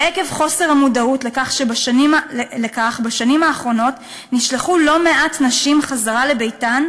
ועקב חוסר המודעות לכך נשלחו בשנים האחרונות לא מעט נשים חזרה לביתן,